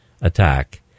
attack